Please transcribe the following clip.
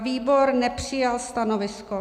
Výbor nepřijal stanovisko.